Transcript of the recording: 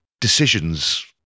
decisions